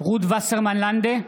רות וסרמן לנדה,